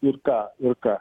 ir ką ir ką